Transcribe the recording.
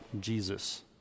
Jesus